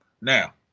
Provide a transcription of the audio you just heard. Now